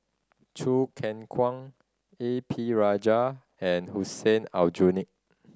Choo Keng Kwang A P Rajah and Hussein Aljunied